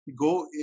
go